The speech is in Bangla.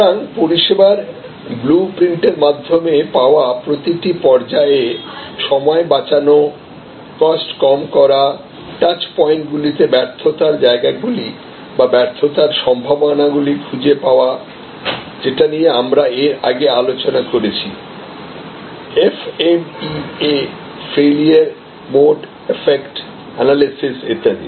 সুতরাং পরিষেবার ব্লু প্রিন্টের মাধ্যমে পাওয়া প্রতিটি পর্যায়ে সময় বাঁচানো কস্ট কম করা টাচ পয়েন্টগুলিতে ব্যর্থতার জায়গাগুলি বা ব্যর্থতার সম্ভাবনাগুলি খুঁজে পাওয়া যেটা নিয়ে আমরা এর আগে আলোচনা করেছি F M E A failure mode effect analysis ইত্যাদি